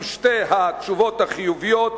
עם שתי התשובות החיוביות,